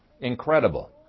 Incredible